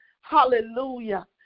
hallelujah